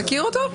אתה מכיר אותו?